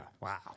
Wow